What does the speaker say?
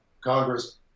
Congress